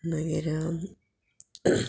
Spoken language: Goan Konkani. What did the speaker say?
मागीर